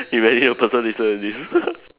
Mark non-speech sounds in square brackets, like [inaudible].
imagine the person listen to this [laughs]